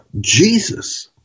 Jesus